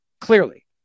Clearly